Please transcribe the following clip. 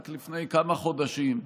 רק לפני כמה חודשים,